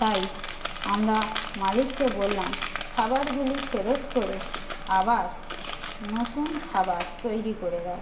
তাই আমরা মালিকে বললাম খাবরাগুলি ফেরত করে আবার নতুন খাবার তৈরি করে দাও